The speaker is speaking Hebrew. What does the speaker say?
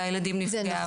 לילדים נפגעי העבירה.